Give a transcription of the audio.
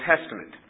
Testament